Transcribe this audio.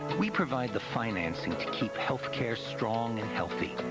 we provide the financing to keep healthcare strong and healthy.